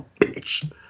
bitch